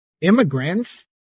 immigrants